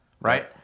Right